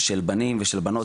בנים ושל בנות,